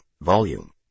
volume